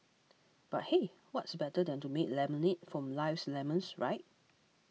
but hey what's better than to make lemonade from life's lemons right